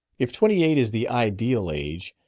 if twenty-eight is the ideal age,